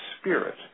spirit